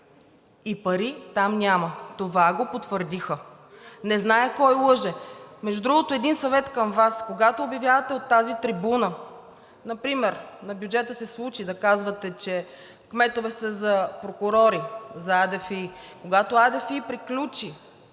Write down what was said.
ИРЕНА ДИМОВА: Това го потвърдиха – не зная кой лъже. Между другото, един съвет към Вас. Когато обявявате от тази трибуна, например на бюджета се случи да казвате, че кметове са за прокурори, за АДФИ, а когато АДФИ приключи